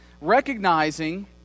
Recognizing